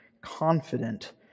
confident